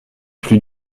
plus